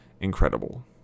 incredible